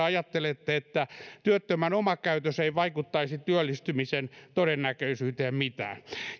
ajattelette että työttömän oma käytös ei vaikuttaisi työllistymisen todennäköisyyteen mitään